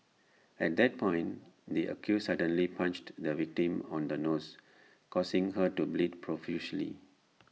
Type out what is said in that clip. at that point the accused suddenly punched the victim on the nose causing her to bleed profusely